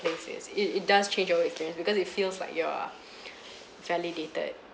place is it it does change your whole experience because it feels like you are validated